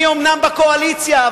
אני אומנם בקואליציה,